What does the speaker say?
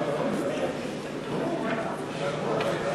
לא נתקבלה.